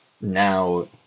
now